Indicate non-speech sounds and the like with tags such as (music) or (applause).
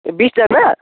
(unintelligible)